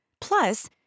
Plus